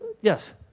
yes